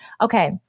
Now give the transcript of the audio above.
Okay